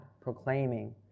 proclaiming